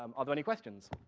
um are there any questions?